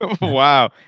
Wow